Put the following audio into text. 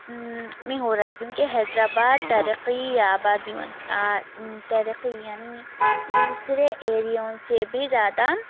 میں ہو رہا ہے کیونکہ حیدر آباد ترقی آبادی ترقی یعنی دوسرے ایریوں سے بھی زیادہ